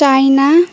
China